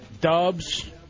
Dubs